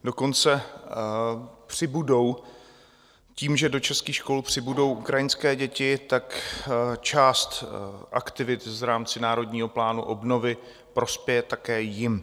Dokonce přibudou tím, že do českých škol přibudou ukrajinské děti, tak část aktivit v rámci Národního plánu obnovy prospěje také jim.